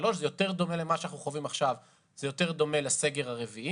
זה יותר דומה לסגר הרביעי.